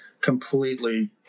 completely